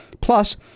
plus